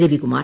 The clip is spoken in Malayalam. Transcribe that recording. രവികുമാർ